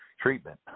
treatment